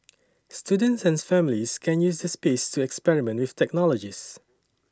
students and families can use the space to experiment with technologies